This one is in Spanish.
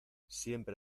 siempre